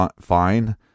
fine